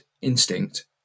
instinct